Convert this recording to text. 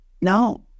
no